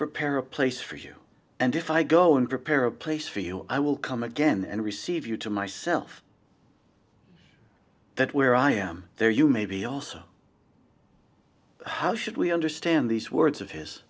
prepare a place for you and if i go and prepare a place for you i will come again and receive you to myself that where i am there you may be also how should we understand these words of his